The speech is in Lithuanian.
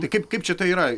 tai kaip kaip čia tai yra